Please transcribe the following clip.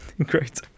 Great